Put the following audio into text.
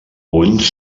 uns